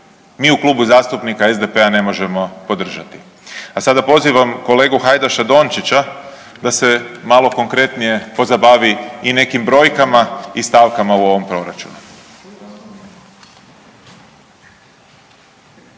mi u Klubu zastupnika SDP-a ne možemo podržati. A sada pozivam kolegu Hajdaša Dončića da se malo konkretnije pozabavi i nekim brojkama i stavkama u ovom proračunu.